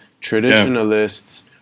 traditionalists